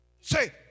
Say